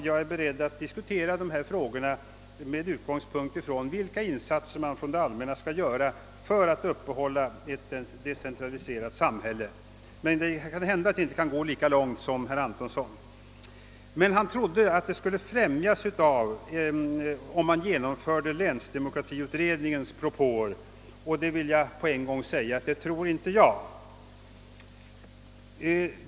Jag är beredd att diskutera dessa frågor med utgångspunkt från vilka insatser man skall göra från det allmänna för att upprätthålla ett decentraliserat samhälle. Men det kan hända att jag inte kan gå lika långt som herr Antonsson. Han trodde att decentraliseringen skulle främjas om man genomförde länsdemokratiutredningens propåer. Jag vill på en gång säga att jag inte tror det.